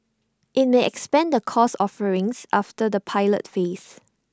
IT may expand the course offerings after the pilot phase